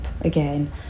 again